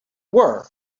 were